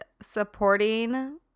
supporting